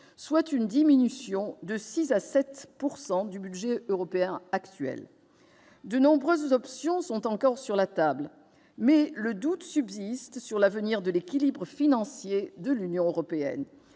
soit une diminution de 6 % à 7 % du budget européen actuel. De nombreuses options sont encore sur la table, mais le doute subsiste sur l'avenir de l'équilibre financier de l'Union européenne.